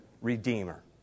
redeemer